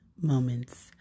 Moments